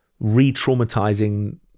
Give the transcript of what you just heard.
re-traumatizing